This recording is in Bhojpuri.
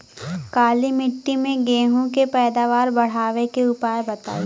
काली मिट्टी में गेहूँ के पैदावार बढ़ावे के उपाय बताई?